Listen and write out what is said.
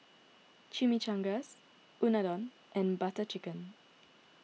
Chimichangas Unadon and Butter Chicken